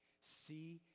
See